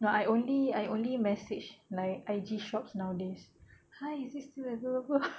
no I only I only message like I_G shops nowadays hi is this still available